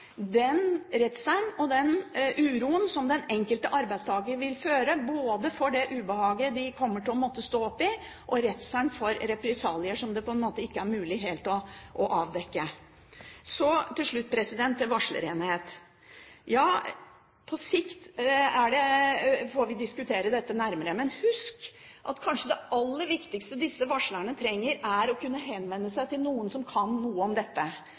den redselen og den uroen som den enkelte arbeidstaker vil føle, både for det ubehaget de kommer til å måtte stå oppe i, og redselen for represalier, som det på en måte ikke er mulig helt å avdekke. Så til slutt til varslerenhet. Ja, på sikt får vi diskutere dette nærmere, men husk at kanskje det aller viktigste disse varslerne trenger, er å kunne henvende seg til noen som kan noe om dette.